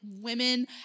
women